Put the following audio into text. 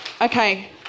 Okay